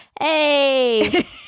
Hey